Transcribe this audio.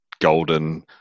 golden